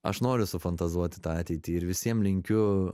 aš noriu sufantazuoti tą ateitį ir visiem linkiu